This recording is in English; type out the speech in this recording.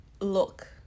Look